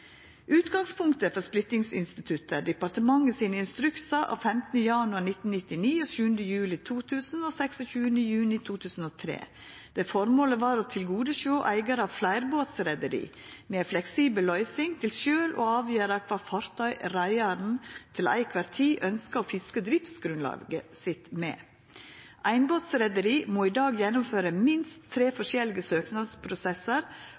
Utgangspunktet for splittingsinstituttet er departementet sine instruksar av 15. januar 1999, 7. juli 2000 og 26. juni 2003, der formålet var å tilgodesjå eigar av fleirbåtsreiarlag med ei fleksibel løysing til sjølv å avgjera kva fartøy reiaren til kvar tid ønskjer å fiska driftsgrunnlaget sitt med. Einbåtsreiarlag må i dag gjennomføra minst tre